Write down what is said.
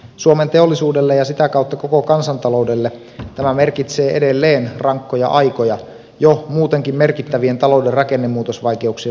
suomen teollisuudelle ja sitä kautta koko kansantaloudelle tämä merkitsee edelleen rankkoja aikoja jo muutenkin merkittävien talouden rakennemuutosvaikeuksien lisäksi